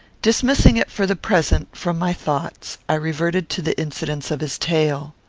dismissing it, for the present, from my thoughts, i reverted to the incidents of his tale.